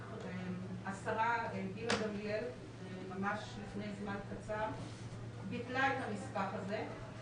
השרה גילה גמליאל ממש לפני זמן קצר ביטלה את הנספח הזה.